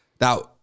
Now